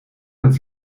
een